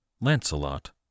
Lancelot